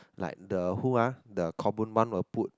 like the who ah the Khaw-Boon-Wan will put